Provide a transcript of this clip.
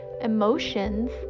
emotions